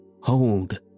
Hold